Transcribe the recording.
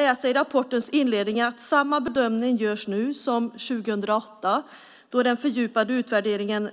I rapportens inledning kan man läsa att samma bedömning görs nu som 2008 då den fördjupade utvärderingen